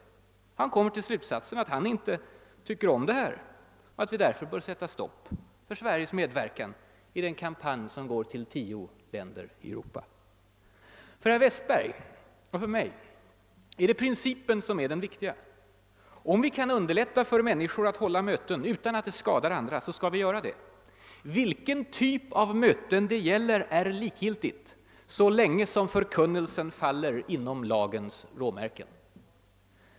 Därefter kommer han till slutsatsen att han, Zachrisson, inte tycker om detta och att vi därför bör sätta stopp för Sveriges medverkan i den kampanj som går ut till tio länder i Europa. För herr Westberg i Ljusdal och mig är det principen som är viktig: vi skall underlätta för människor att hålla möten, om detta inte skadar andra. Vilken typ av möten det gäller är likgiltigt så länge förkunnelsen faller inom lagens råmärken.